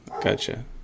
Gotcha